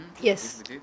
Yes